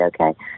okay